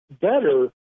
better